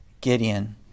Gideon